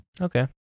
Okay